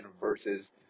versus